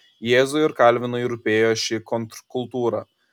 jėzui ir kalvinui rūpėjo ši kontrkultūra